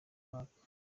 mwaka